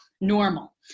normal